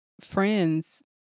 friends